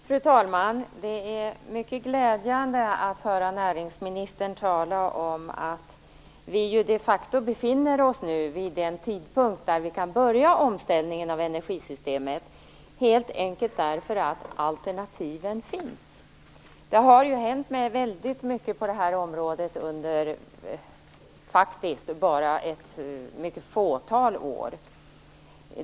Fru talman! Det är mycket glädjande att höra näringsministern tala om att vi nu de facto befinner oss vid den tidpunkt där vi kan börja omställningen av energisystemet helt enkelt för att alternativen finns. Det har hänt väldigt mycket på det här området under bara ett fåtal år.